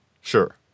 Sure